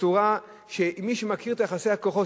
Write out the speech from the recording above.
בצורה שמי שמכיר את יחסי הכוחות,